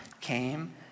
came